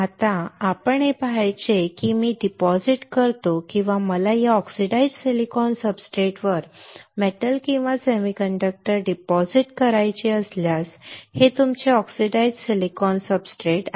आता आपण हे पाहायचे आहे की मी डिपॉझिट करतो किंवा मला या ऑक्सिडाइज्ड सिलिकॉन सब्सट्रेटवर मेटल किंवा सेमीकंडक्टर डिपॉझिट करायचे असल्यास हे तुमचे ऑक्सिडाइज्ड सिलिकॉन सब्सट्रेट आहे